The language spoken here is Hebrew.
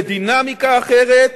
בדינמיקה אחרת,